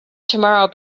tomorrow